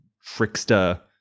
trickster